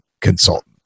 consultant